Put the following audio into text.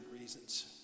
reasons